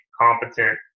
competent